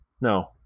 no